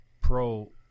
pro